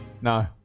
No